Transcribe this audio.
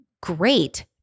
Great